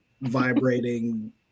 vibrating